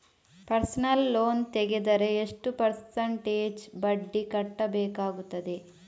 Personal loan ತೆಗೆದರೆ ಎಷ್ಟು percentage ಬಡ್ಡಿ ಕಟ್ಟಬೇಕಾಗುತ್ತದೆ?